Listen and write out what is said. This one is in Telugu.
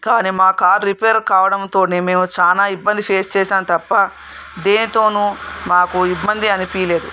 కానీ మా కారు రిపేరు కావడంతోనే మేము చాలా ఇబ్బంది ఫేస్ చేసాం తప్ప దేనితోను మాకు ఇబ్బంది అనిపించలేదు